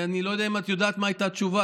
אני לא יודע אם את יודעת מה הייתה התשובה,